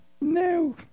No